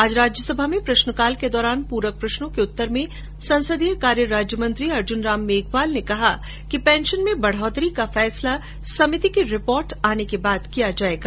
आज राज्यसभा में प्रश्नकाल के दौरान प्रक प्रश्नों के उत्तर में संसदीय कार्य राज्यमंत्री अर्जन राम मेघवाल ने कहा कि पेंशन में बढ़ोतरी का फैसला समिति की रिपोर्ट आने के बाद किया जायेगा